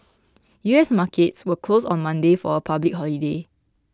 U S markets were closed on Monday for a public holiday